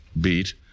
beat